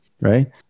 right